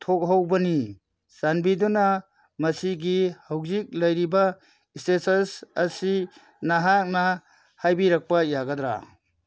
ꯊꯣꯛꯍꯧꯕꯅꯤ ꯆꯥꯟꯕꯤꯗꯨꯅ ꯃꯁꯤꯒꯤ ꯍꯧꯖꯤꯛ ꯂꯩꯔꯤꯕ ꯁ꯭ꯇꯦꯇꯁ ꯑꯁꯤ ꯅꯍꯥꯛꯅ ꯍꯥꯏꯕꯤꯔꯛꯄ ꯌꯥꯒꯗ꯭ꯔꯥ